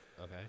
Okay